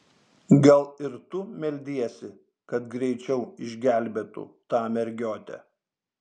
gal ir tu meldiesi kad greičiau išgelbėtų tą mergiotę